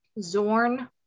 Zorn